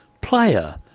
player